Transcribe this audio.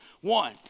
one